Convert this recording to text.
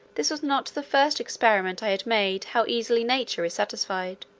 this was not the first experiment i had made how easily nature is satisfied.